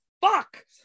fuck